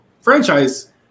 franchise